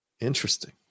Interesting